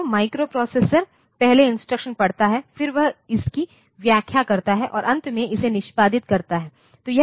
तो माइक्रोप्रोसेसर पहले इंस्ट्रक्शन पढ़ता है फिर वह इसकी व्याख्या करता है और अंत में इसे निष्पादित करता है